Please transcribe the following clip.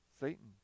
Satan